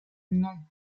non